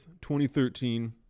2013